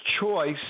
choice